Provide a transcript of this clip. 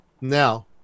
Now